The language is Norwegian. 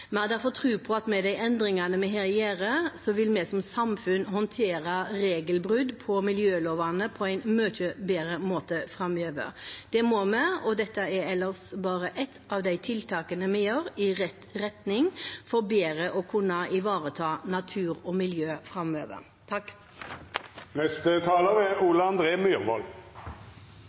har derfor tro på at med de endringene vi her gjør, vil vi som samfunn håndtere brudd på miljølovene på en mye bedre måte framover. Det må vi, og dette er ellers bare ett av de tiltakene vi gjør i rett retning for bedre å kunne ivareta natur og miljø framover.